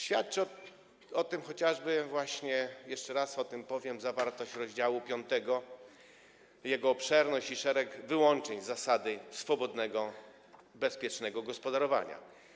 Świadczy o tym chociażby, jeszcze raz o tym powiem, zawartość rozdziału 5, jego obszerność i szereg wyłączeń z zasady swobodnego, bezpiecznego gospodarowania.